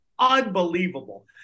unbelievable